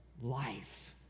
life